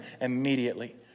immediately